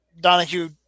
Donahue